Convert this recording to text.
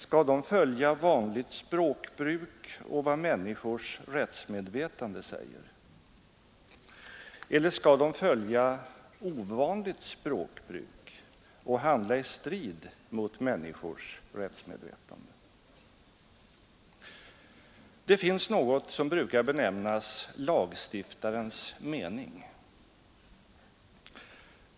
Skall de följa vanligt språkbruk och vad människors rättsmedvetande säger? Eller skall de följa ovanligt språkbruk och handla i strid mot människors rättsmedvetande? Det finns något som brukar benämnas lagstiftarens mening.